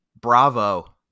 Bravo